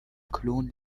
klon